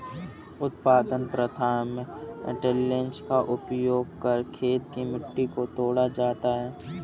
उत्पादन प्रथा में टिलेज़ का उपयोग कर खेत की मिट्टी को तोड़ा जाता है